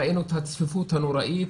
ראינו את הצפיפות הנוראית